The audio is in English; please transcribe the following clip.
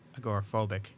agoraphobic